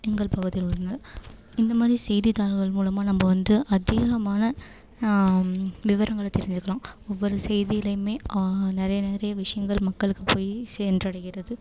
எங்கள் பகுதியில் உள்ளன இந்த மாதிரி செய்தித்தாள்கள் மூலமாக நம்ம வந்து அதிகமான விவரங்களை தெரிஞ்சிக்கிறோம் ஒவ்வொரு செய்தியிலையுமே நிறைய நிறைய விஷயங்கள் மக்களுக்கு போயி சென்றடைகிறது